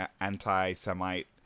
anti-Semite